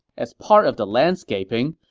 as part of the landscaping,